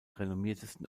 renommiertesten